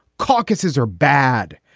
caucuses are bad.